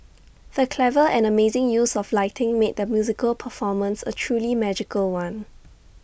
the clever and amazing use of lighting made the musical performance A truly magical one